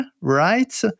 right